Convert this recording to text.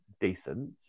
decent